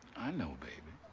i know baby.